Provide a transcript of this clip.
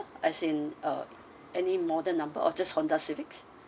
as in uh any model number or just Honda civic